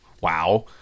wow